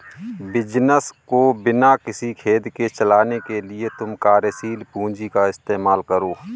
business को बिना किसी खेद के चलाने के लिए तुम कार्यशील पूंजी का इस्तेमाल करो